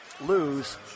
lose